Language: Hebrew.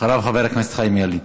אחריו, חבר הכנסת חיים ילין.